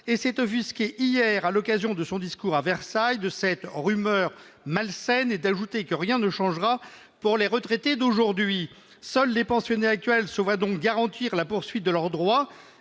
et s'est offusqué hier, à l'occasion de son discours à Versailles, de cette « rumeur malsaine », et d'ajouter que rien ne changera pour les retraités d'aujourd'hui. Seuls les pensionnés actuels se voient donc garantir la poursuite de leurs droits.